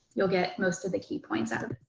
you'll get most of the key points out